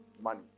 money